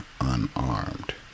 unarmed